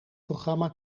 programma